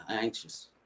anxious